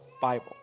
Bible